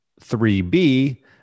3B